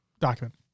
document